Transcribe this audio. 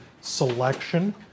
selection